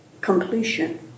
completion